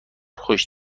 خوش